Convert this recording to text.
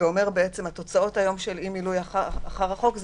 ואומר שהתוצאות היום של אי-מילוי אחר החוק זה